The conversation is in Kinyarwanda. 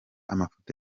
amafoto